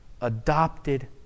adopted